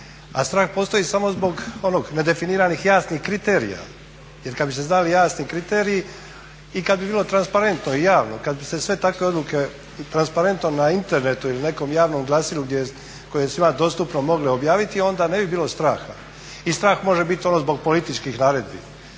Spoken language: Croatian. a strah postoji samo zbog ne definiranih jasnih kriterija jer kada bi se znali jasni kriteriji i kada bi bilo transparentno i javno kada bi se sve takve odluke transparentno na internetu ili nekom javnom glasilu koje je svima dostupno mogli objaviti onda ne bi bilo straha. I strah može biti ono zbog političkih naredbi,